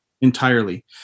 Entirely